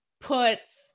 puts